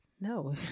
No